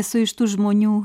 esu iš tų žmonių